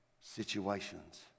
situations